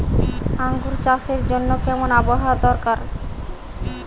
আঙ্গুর চাষের জন্য কেমন আবহাওয়া দরকার?